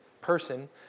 person